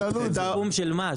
את מה מעלים?